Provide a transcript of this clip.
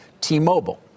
T-Mobile